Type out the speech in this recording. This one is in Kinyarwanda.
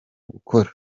gukora